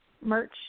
merch